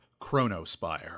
Chronospire